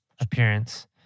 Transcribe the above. appearance